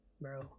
bro